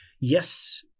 yes